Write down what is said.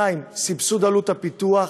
סבסוד עלות הפיתוח.